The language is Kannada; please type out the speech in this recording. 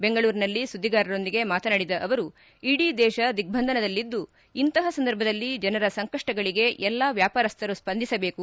ಬೆಂಗಳೂರಿನಲ್ಲಿ ಸುದ್ದಿಗಾರರೊಂದಿಗೆ ಮಾತನಾಡಿದ ಅವರು ಇಡೀ ದೇಶ ದಿಗ್ರಂಧನದಲ್ಲಿದ್ದು ಇಂತಹ ಸಂದರ್ಭದಲ್ಲಿ ಜನರ ಸಂಕಷ್ನಗಳಿಗೆ ಎಲ್ಲಾ ವ್ಯಾಪಾರಸ್ಥರು ಸ್ವಂದಿಸಬೇಕು